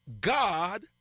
God